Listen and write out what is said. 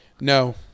No